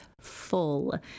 full